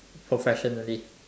professionally